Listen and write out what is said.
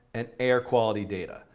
and air quality data.